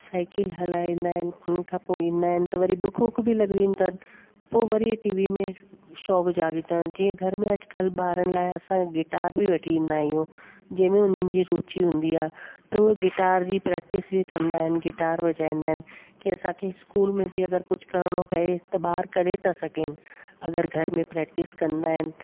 cycle हलाईंदा आहिनि उन खां पोइ ईंदा आहिनि त वरी भुख वुख बि लॻंदी अथनि पोइ वरी टीवी में शौक़ु जाॻींदा जीअं घर में अॼुकल्ह ॿारनि लाइ असां गिटार बि वठी ईंदा आयूं जंहिंमें उन्हनि जी रुचि हूंदी आहे त उहे गिटार जी प्रैक्टिस बि कंदा आहिनि गिटार वॼाईंदा आहिनि कि असांखे स्कूल में बि अगरि कुछ करणो पए त ॿार करे ता सघनि अगरि घर में प्रैक्टिस कंदा आहिनि